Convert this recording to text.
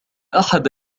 أحد